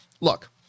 Look